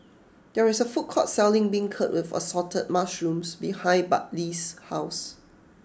there is a food court selling Beancurd with Assorted Mushrooms behind Bartley's house